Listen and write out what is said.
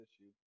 issue